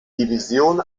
division